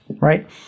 right